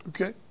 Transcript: Okay